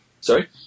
Sorry